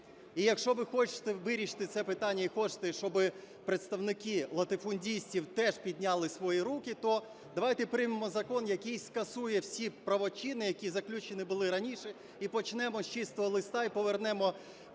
І якщо ви хочете вирішити це питанні і хочете, щоби представники латифундистів теж підняли свої руки, то давайте приймемо закон, який скасує всі правочини, які заключені були раніше і почнемо з чистого листа, і повернемо